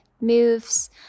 moves